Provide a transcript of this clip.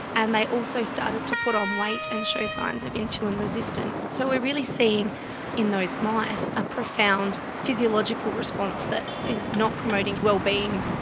and they also started to put on weight and show signs of insulin resistance. so we're really seeing in those mice a profound physiological response that is not promoting wellbeing.